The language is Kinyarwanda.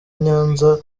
nyanza